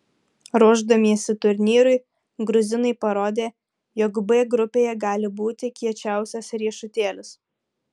ruošdamiesi turnyrui gruzinai parodė jog b grupėje gali būti kiečiausias riešutėlis